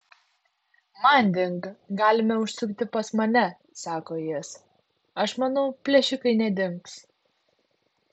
manding galime užsukti pas mane sako jis aš manau plėšikai nedings